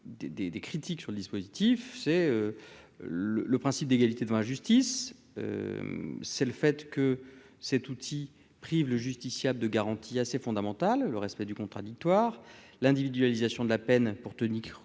des critiques sur le dispositif, c'est le le principe d'égalité devant la justice, c'est le fait que cet outil prive le justiciable de garantie assez fondamental le respect du contradictoire, l'individualisation de la peine pour tenir compte